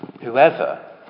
whoever